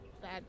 bad